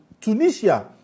tunisia